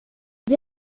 wie